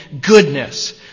goodness